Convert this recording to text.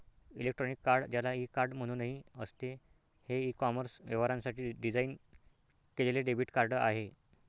electronic card, ज्याला e card म्हणूनही असते, हे ई कॉमर्स व्यवहारांसाठी डिझाइन केलेले डेबिट कार्ड आहे